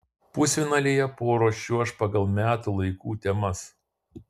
pusfinalyje poros čiuoš pagal metų laikų temas